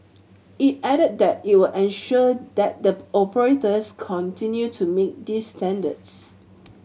it added that it will ensure that the operators continue to meet these standards